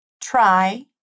try